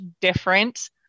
different